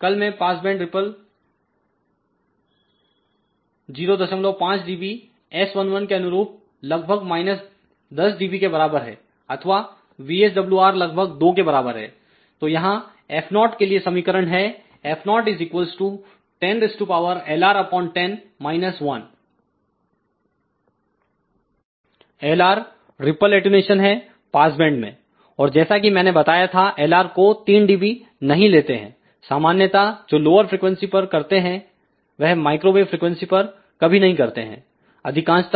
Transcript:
कल में passband ripple 05 dB S11के अनुरूप लगभग माईनस 10 dB के बराबर है अथवा VSWR लगभग 2 के बराबर है तो यहां F0के लिए समीकरण है F010Lr10 1 Lrरिपल अटेंन्यूशन है पासबैंड में और जैसा कि मैंने बताया था Lr को 3 dB नहीं लेते हैं सामान्यता जो लोअर फ्रीक्वेंसी पर करते हैं वह माइक्रोवेव फ्रिकवेंसी पर कभी नहीं करते हैं अधिकांशत